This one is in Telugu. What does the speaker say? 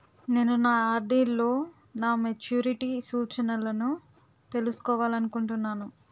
నేను నా ఆర్.డి లో నా మెచ్యూరిటీ సూచనలను తెలుసుకోవాలనుకుంటున్నాను